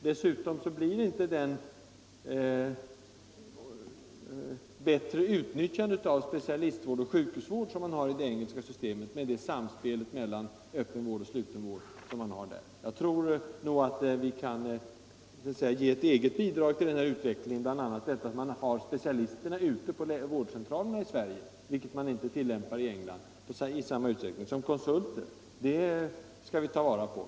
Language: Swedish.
Dessutom får man ett bättre utnyttjande av specialistvården och sjuk 85 husvården enligt det engelska systemet, med dess samspel mellan öppen vård och sluten vård. Jag tror att vi kan ge ett eget bidrag till utvecklingen genom att börja använda specialister som konsulter ute på vårdcentralerna, vilket man inte tillämpar i England. Det är något att ta vara på.